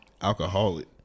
Alcoholic